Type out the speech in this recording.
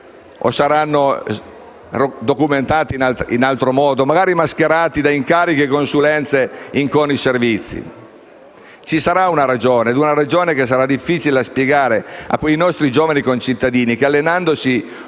O saranno documentati in altro modo, magari mascherati da incarichi e consulenze in CONI Servizi? Ci sarà una ragione, ed è una ragione che sarà difficile da spiegare a quei nostri giovani concittadini che, allenandosi con